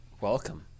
Welcome